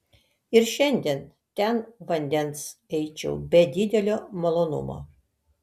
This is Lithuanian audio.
ir šiandien ten vandens eičiau be didelio malonumo